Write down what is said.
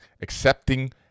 Accepting